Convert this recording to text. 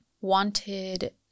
wanted